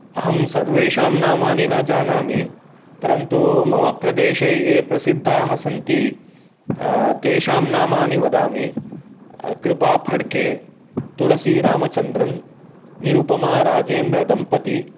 अहं सर्वेषाम् नामानि न जानामि परन्तु मम प्रदेशे ये प्रसिद्धाः सन्ति तेषां नामानि वदामि कृपाफड्के तुळसीरामचन्द्रन् निरुपमाराजेन्द्रदम्पति